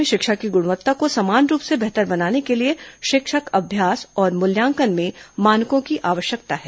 राज्य में शिक्षा की गुणवत्ता को समान रूप से बेहतर बनाने के लिए शिक्षक अभ्यास और मूल्यांकन में मानकों की आवश्यकता है